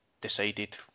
decided